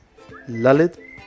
Lalit